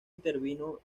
intervino